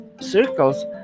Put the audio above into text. circles